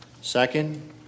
Second